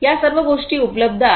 या सर्व गोष्टी उपलब्ध आहेत